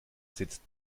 sitzt